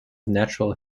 natural